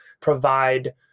provide